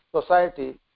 society